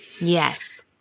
Yes